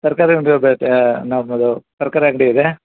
ತರಕಾರಿ ಅಂಗಡಿ ನಮ್ಮದು ತರಕಾರಿ ಅಂಗಡಿ ಇದೆ